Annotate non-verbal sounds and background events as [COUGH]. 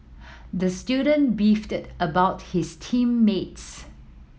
the student beefed [UNINTELLIGIBLE] about his team mates